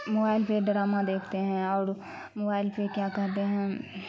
mobile پہ drama دیکھتے ہیں اور موبائل پہ کیا کرتے ہیں